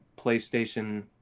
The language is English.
PlayStation